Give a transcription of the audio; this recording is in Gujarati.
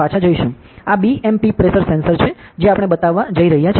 આ BMP પ્રેશર સેન્સર છે જે આપણે બતાવવા જઈ રહ્યા છીએ